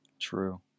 True